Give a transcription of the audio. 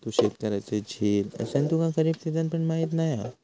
तू शेतकऱ्याचो झील असान तुका खरीप सिजन पण माहीत नाय हा